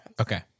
Okay